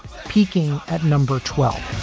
peaking at number twelve